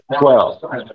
twelve